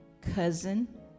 cousin